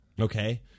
Okay